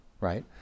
right